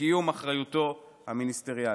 בקיום אחריותו המיניסטריאלית".